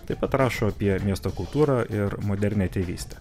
taip pat rašo apie miesto kultūrą ir modernią tėvystę